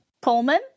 Pullman